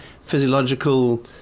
physiological